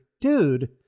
Dude